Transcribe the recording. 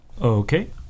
Okay